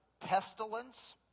pestilence